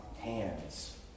hands